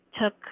took